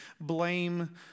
blame